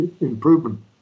improvement